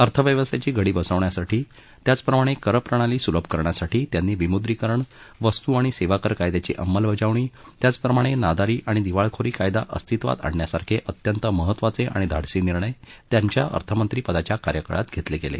अर्थव्यवस्थेची घडी बसवण्यासाठी त्याचप्रमाणे कर प्रणाली सुलभ करण्यासाठी त्यांनी विमुद्रीकरण वस्तू आणि सेवा कर कायद्याची अंमलबजावणी त्याचप्रमाणे नादारी आणि दिवाळखोरी कायदा अस्तित्वात आणण्यासारखे अत्यंत महत्वाचे आणि धाडसी निर्णय त्यांच्या अर्थमंत्रीपदाच्या कार्यकाळात घेतले गेले